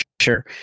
sure